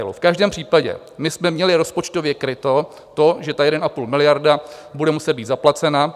V každém případě my jsme měli rozpočtově kryto to, že 1,5 miliardy bude muset být zaplaceno.